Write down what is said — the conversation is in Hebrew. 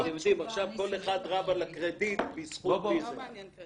אתם יודעים, כל אחד רב על הקרדיט, בזכות מי זה.